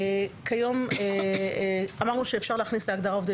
אמרנו שאפשר להכניס להגדרה של עובדי